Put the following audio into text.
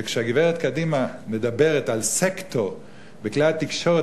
וכשהגברת קדימה מדברת על סקטור בכלי התקשורת,